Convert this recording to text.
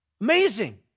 Amazing